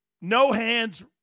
no-hands